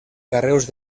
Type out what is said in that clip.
carreus